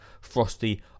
Frosty